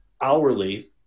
hourly